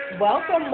Welcome